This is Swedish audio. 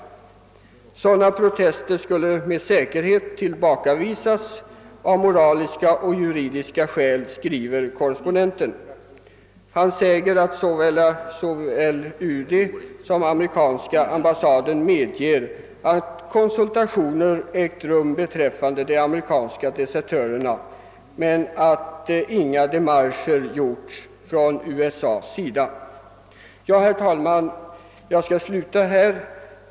Sådana protester skulle med säkerhet tillbakavisas av moraliska och juridiska skäl, skriver korrespondenten. Han säger att såväl UD som amerikanska ambassaden medger att »konsultationer» ägt rum beträffande de amerikanska desertörerna men att inga demarcher gjorts från USA:s sida. Herr talman! Jag skall sluta med det sagda.